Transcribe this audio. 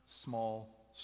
small